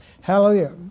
Hallelujah